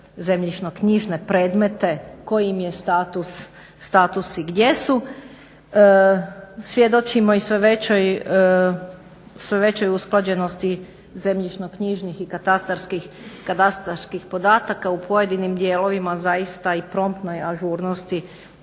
zemljišno-knjižne predmete, koji im je status i gdje su. Svjedočimo i sve većoj usklađenosti zemljišno-knjižnih i katastarskih podataka u pojedinim dijelovima zaista i promptnoj ažurnosti